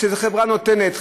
חברה נותנת,